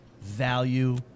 value